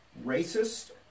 racist